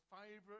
favorite